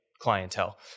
clientele